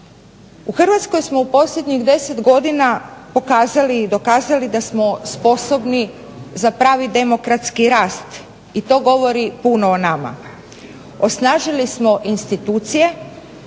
U Hrvatskoj smo u posljednjih 10 godina pokazali i dokazali da smo sposobni za pravi demokratski rast i to govori puno o nama. Osnažili smo institucije,